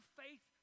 faith